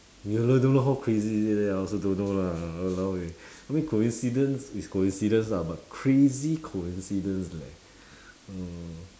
you also don't know how crazy is it I also don't know lah !walao! eh I mean coincidence is coincidence lah but crazy coincidence leh uh